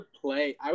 play